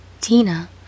Tina